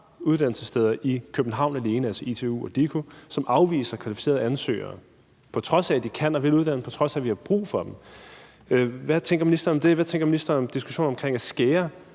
uddannelsessteder i København alene, altså ITU og DIKU, som afviser kvalificerede ansøgere, på trods af at de kan og vil uddanne dem, på trods af at vi har brug for dem, hvad tænker ministeren så om det? Hvad tænker ministeren om diskussionen om at skære